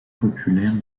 populaire